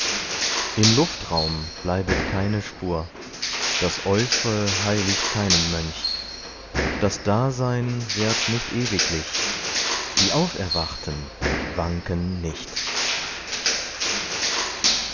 im luftraum bleibet keine spur das äußre heiligt keinen mönch das dasein währt nicht ewiglich die auferwachten wanken nicht